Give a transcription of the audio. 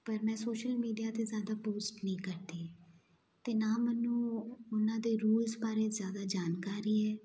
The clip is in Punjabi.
ਪਰ ਮੈਂ ਸੋਸ਼ਲ ਮੀਡੀਆ 'ਤੇ ਜ਼ਿਆਦਾ ਪੋਸਟ ਨਹੀਂ ਕਰਦੀ ਅਤੇ ਨਾ ਮੈਨੂੰ ਉਹਨਾਂ ਦੇ ਰੂਲਸ ਬਾਰੇ ਜ਼ਿਆਦਾ ਜਾਣਕਾਰੀ ਹੈ